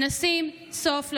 נשים סוף לבריונות.